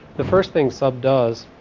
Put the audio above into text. the first thing sub does